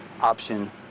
option